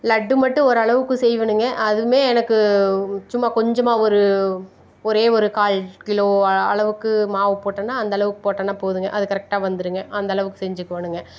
லட்டு மட்டும் ஓரளவுக்கு செய்வேனுங்க அதுவுமே எனக்கு சும்மா கொஞ்சமாக ஒரு ஒரே ஒரு கால் கிலோ அளவுக்கு மாவு போட்டேனா அந்தளவுக்கு போட்டேனா போதுங்க அது கரெக்டாக வந்துருங்க அந்தளவுக்கு செஞ்சிக்கோனுங்க